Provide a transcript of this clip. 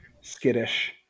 skittish